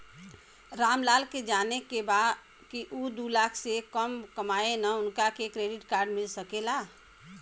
राम लाल के जाने के बा की ऊ दूलाख से कम कमायेन उनका के क्रेडिट कार्ड मिल सके ला?